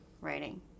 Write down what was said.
writing